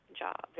job